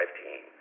team